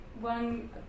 One